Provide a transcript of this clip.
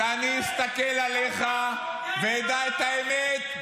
כשאני אסתכל עליך ואדע את האמת,